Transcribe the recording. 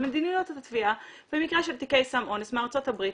מדיניות התביעה במקרה של תיקי סם אונס מארצות הברית,